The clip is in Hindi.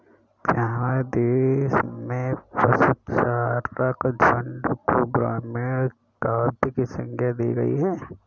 क्या हमारे देश में पशुचारक झुंड को ग्रामीण काव्य की संज्ञा दी गई है?